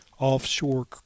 offshore